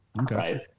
Okay